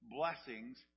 blessings